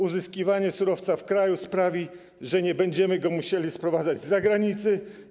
Uzyskiwanie surowca w kraju sprawi, że nie będziemy musieli sprowadzać go z zagranicy.